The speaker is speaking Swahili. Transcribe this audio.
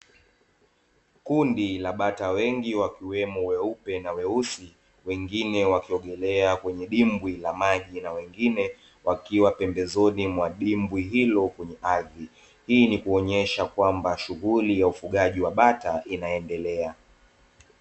Kundi la bata wengi wakiwemo weupe na weusi, wengine wakiogelea kwenye dibwi la maji na wengine wakiwa pembezoni mwa dimbwi hilo kwenye ardhi, hii ni kuonesha shughuli ya ufugaji wa bata inaendelea.